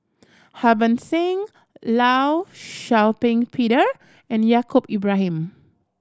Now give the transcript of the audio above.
Harbans Singh Law Shau Ping Peter and Yaacob Ibrahim